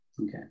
Okay